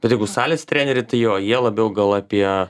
bet jeigu salės trenerį tai jo jie labiau gal apie